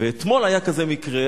ואתמול היה כזה מקרה,